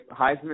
Heisman